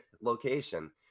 location